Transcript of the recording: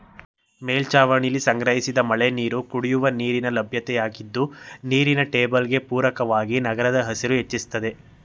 ಮೇಲ್ಛಾವಣಿಲಿ ಸಂಗ್ರಹಿಸಿದ ಮಳೆನೀರು ಕುಡಿಯುವ ನೀರಿನ ಲಭ್ಯತೆಯಾಗಿದ್ದು ನೀರಿನ ಟೇಬಲ್ಗೆ ಪೂರಕವಾಗಿ ನಗರದ ಹಸಿರು ಹೆಚ್ಚಿಸ್ತದೆ